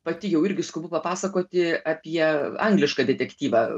pati jau irgi skubu pasakoti apie anglišką detektyvą